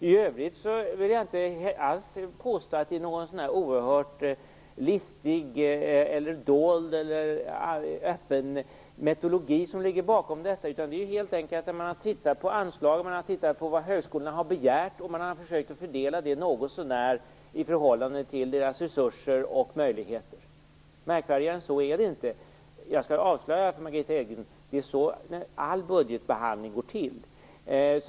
I övrigt vill jag inte alls påstå att det är någon listig, öppen eller dold, metodologi som ligger bakom detta. Man har helt enkelt tittat på anslagen, på vad högskolorna har begärt, och försökt fördela medlen något så när i förhållande till högskolornas resurser och möjligheter. Märkvärdigare än så är det inte. Jag skall avslöja en sak för Margitta Edgren: det är så all budgetbehandling går till.